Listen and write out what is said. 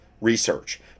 research